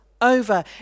over